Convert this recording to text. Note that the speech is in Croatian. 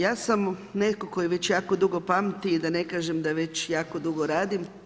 Ja sam netko tko već jako dugo pamti i da ne kažem da već jako dugo radim.